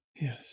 yes